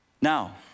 Now